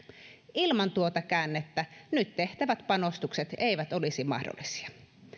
ilman tuota käännettä nyt tehtävät panostukset eivät olisi mahdollisia